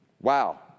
Wow